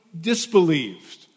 disbelieved